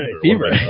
Fever